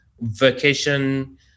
vacation